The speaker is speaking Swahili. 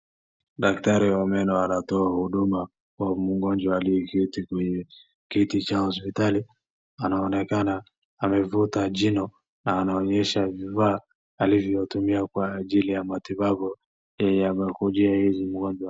Daktari wa meno anatoa huduma kwa mgonjwa aliyeketi kwenye kiti cha hospitali. Anaonekana amevuta jino na anaonyesha vifaa alivyotumia kwa ajili ya matibabu ya mgonjwa.